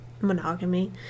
monogamy